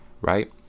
right